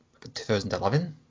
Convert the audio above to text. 2011